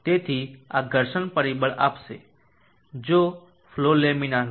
તેથી આ ઘર્ષણ પરિબળ આપશે જો ફલો લેમિનર હોય